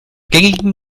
gängigen